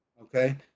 Okay